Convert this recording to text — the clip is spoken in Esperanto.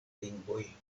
lingvoj